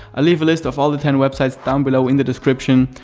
i'll leave a list of all the ten websites down below in the description,